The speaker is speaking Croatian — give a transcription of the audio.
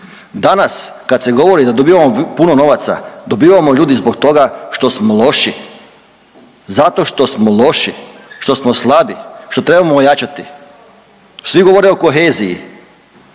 Danas kad se govori da dobivamo puno novaca, dobivamo ljudi zbog toga što smo loši, zato što smo loši, što smo slabi, što trebamo ojačati. Svi govore o koheziji